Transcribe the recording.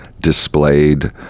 displayed